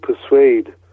persuade